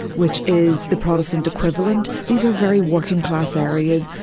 which is the protestant equivalent. these are very working class areas,